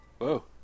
Whoa